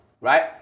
Right